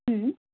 ಹ್ಞೂ